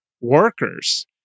workers